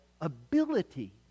ability